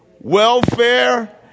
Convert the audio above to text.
welfare